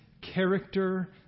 character